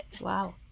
wow